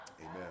Amen